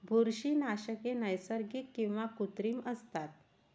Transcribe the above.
बुरशीनाशके नैसर्गिक किंवा कृत्रिम असतात